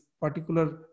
particular